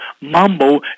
Mambo